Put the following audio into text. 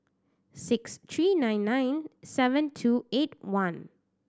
six three nine nine seven two eight one